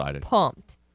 pumped